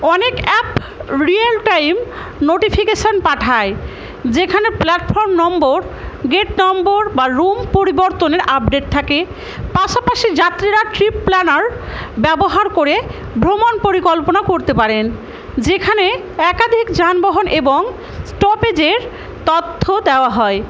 অনেক app real time notification পাঠায় যেখানে প্ল্যাটফর্ম নম্বর গেট নম্বর বা রুম পরিবর্তনের আপডেট থাকে পাশাপাশি যাত্রীরা ট্রিপ প্ল্যানার ব্যবহার করে ভ্রমণ পরিকল্পনা করতে পারেন যেখানে একাধিক যানবাহন এবং স্টপেজের তথ্য দেওয়া হয়